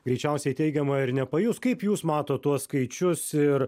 greičiausiai teigiamo ir nepajus kaip jūs matot tuos skaičius ir